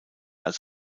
als